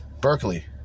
berkeley